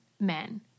men